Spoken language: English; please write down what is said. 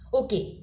okay